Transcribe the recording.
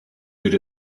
good